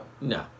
No